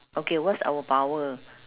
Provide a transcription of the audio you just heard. okay what's our power